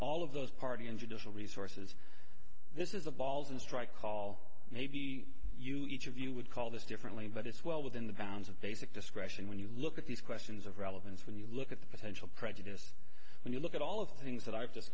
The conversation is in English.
all of those party and judicial resources this is the balls and strikes call maybe you each of you would call this differently but it's well within the bounds of basic discretion when you look at these questions of relevance when you look at the potential prejudice when you look at all of the things that i've